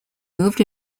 moved